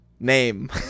Name